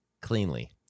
Cleanly